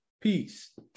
Peace